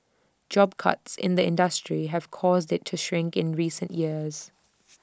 job cuts in the industry have caused IT to shrink in recent years